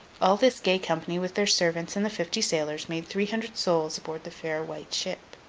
all this gay company, with their servants and the fifty sailors, made three hundred souls aboard the fair white ship.